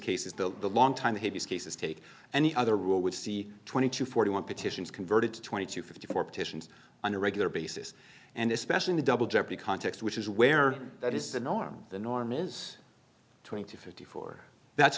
cases the long time hades cases take and the other rule would see twenty to forty one petitions converted to twenty to fifty four petitions on a regular basis and especially the double jeopardy context which is where that is the norm the norm is twenty fifty four that's